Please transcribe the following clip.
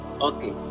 Okay